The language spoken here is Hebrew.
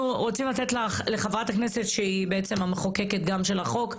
אנחנו רוצים לתת לחברת הכנסת שהיא בעצם גם המחוקקת של החוק,